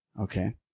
Okay